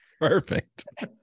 Perfect